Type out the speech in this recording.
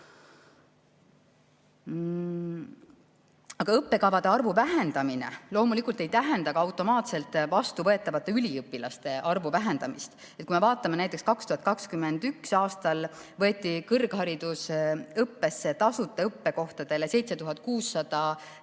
Aga õppekavade arvu vähendamine loomulikult ei tähenda automaatselt vastuvõetavate üliõpilaste arvu vähendamist. Näiteks võeti 2021. aastal kõrgharidusõppesse tasuta õppekohtadele 7600